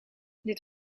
dit